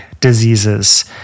diseases